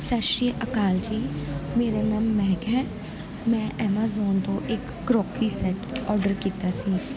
ਸਤਿ ਸ਼੍ਰੀ ਅਕਾਲ ਜੀ ਮੇਰਾ ਨਾਮ ਮਹਿਕ ਹੈ ਮੈਂ ਐਮਾਜੋਂਨ ਤੋਂ ਇੱਕ ਕਰੋਕਰੀ ਸੈੱਟ ਔਡਰ ਕੀਤਾ ਸੀ